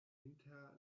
inter